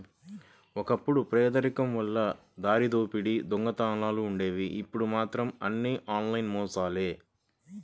ఒకప్పుడు పేదరికం వల్ల దారిదోపిడీ దొంగతనాలుండేవి ఇప్పుడు మాత్రం అన్నీ ఆన్లైన్ మోసాలే